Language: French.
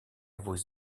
vos